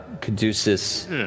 Caduceus